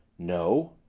no,